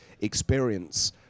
experience